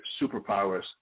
superpowers